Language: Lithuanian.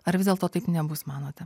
ar vis dėlto taip nebus manote